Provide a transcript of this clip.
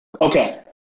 Okay